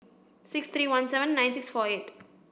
six three one seven nine six four eight